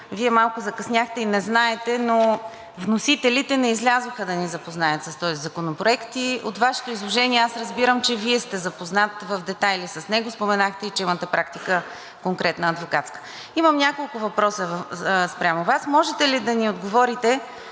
Вие малко закъсняхте и не знаете, но вносителите не излязоха да ни запознаят с този законопроект и от Вашето изложение аз разбирам, че Вие сте запознат в детайли с него. Споменахте и че имате практика – конкретна, адвокатска. Имам няколко въпроса спрямо Вас. Можете ли да ни отговорите,